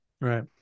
Right